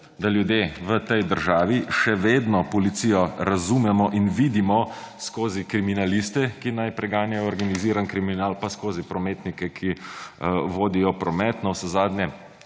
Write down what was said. da ljudje v tej državi še vedno policijo razumemo in vidimo skozi kriminaliste, ki naj preganjajo organiziran kriminal, pa skozi prometnike, ki vodijo promet, navsezadnje